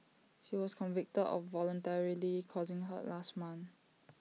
she was convicted of voluntarily causing hurt last month